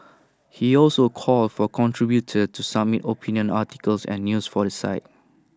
he also called for contributors to submit opinion articles and news for the site